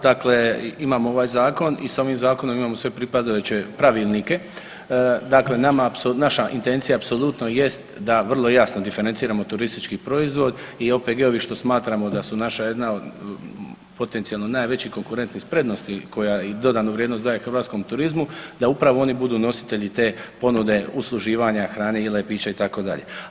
Dakle, imamo ovaj zakon i s ovim zakonom imamo sve pripadajuće pravilnike, dakle nama naša intencija apsolutno jest da vrlo jasno diferenciramo turistički proizvod i OPG-ovi što smatramo da su naša jedna potencijalno najveći konkurenti s prednosti koja i dodatnu vrijednost daje hrvatskom turizmu, da upravo oni budu nositelji te ponude usluživanje hrane, jela i pića itd.